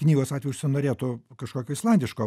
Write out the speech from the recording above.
knygos atveju užsinorėtų kažkokio islandiško